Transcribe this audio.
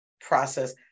process